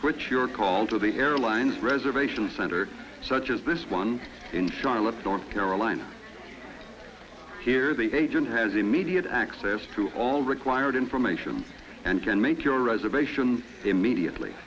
switch your call to the airlines reservation center such as this one in charlotte north carolina here the agent has immediate access to all required information and can make your as a patients immediately